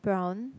brown